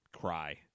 cry